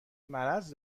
مرض